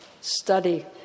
Study